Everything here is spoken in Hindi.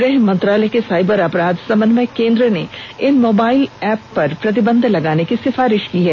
गृह मंत्रालय के साइबर अपराध समन्वय केंद्र ने इन मोबाइल ऐप पर प्रतिबंध लगाने की सिफारिश की है